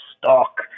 stock